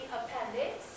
appendix